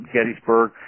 Gettysburg